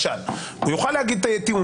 הוא יוכל להגיד טיעון כזה.